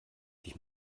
dich